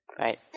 Right